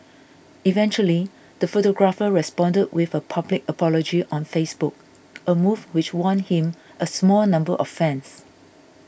eventually the photographer responded with a public apology on Facebook a move which won him a small number of fans